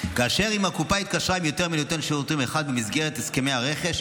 כאשר אם הקופה התקשרה עם יותר מנותן שירותים אחד במסגרת הסכמי הרכש,